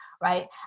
right